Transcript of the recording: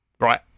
Right